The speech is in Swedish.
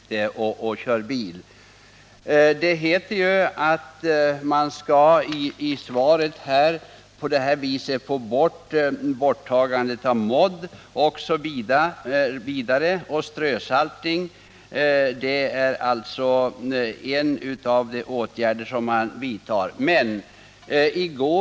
I svaret framhålls att strösaltning tillsammans med borttagande av modd är en av de åtgärder som man vidtar mot halka.